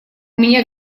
меня